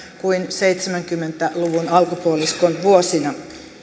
kuin seitsemänkymmentä luvun alkupuoliskon vuosina